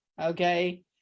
okay